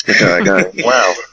Wow